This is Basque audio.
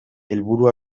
helburu